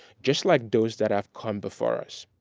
just like those that have come before us,